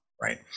Right